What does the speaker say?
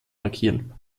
markieren